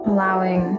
Allowing